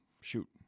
Shoot